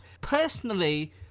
Personally